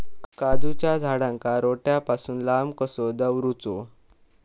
काजूच्या झाडांका रोट्या पासून लांब कसो दवरूचो?